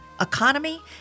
economy